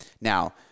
Now